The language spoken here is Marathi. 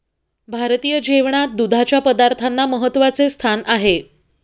भारतीय जेवणात दुधाच्या पदार्थांना महत्त्वाचे स्थान आहे